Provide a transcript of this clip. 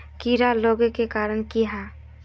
कीड़ा लागे के कारण की हाँ?